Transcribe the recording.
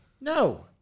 no